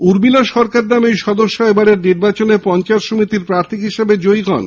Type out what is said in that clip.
উর্মিলা সরকার নামে ওই সদস্যা এবারের নির্বাচনে পঞ্চায়েত সমিতির প্রার্থী হিসেবে জয়লাভ করেন